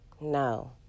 no